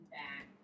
back